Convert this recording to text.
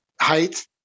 height